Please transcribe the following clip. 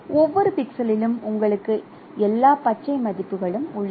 ஒவ்வொரு பிக்சலிலும் உங்களுக்கு எல்லா பச்சை மதிப்புகளும் உள்ளன